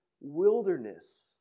wilderness